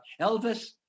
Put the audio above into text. Elvis